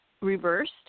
reversed